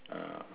uh